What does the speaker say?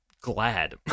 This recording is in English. glad